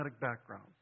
background